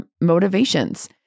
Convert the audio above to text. motivations